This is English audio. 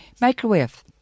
microwave